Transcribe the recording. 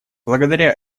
благодаря